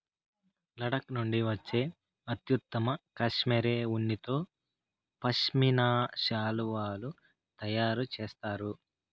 లడఖ్ నుండి వచ్చే అత్యుత్తమ కష్మెరె ఉన్నితో పష్మినా శాలువాలు తయారు చేస్తారు